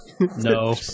No